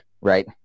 right